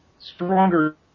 stronger